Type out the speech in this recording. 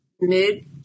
mid